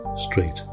straight